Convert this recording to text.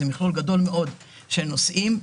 זה מכלול גדול מאוד של נושאים,